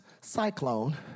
cyclone